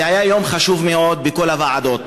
והיה יום חשוב מאוד בכל הוועדות.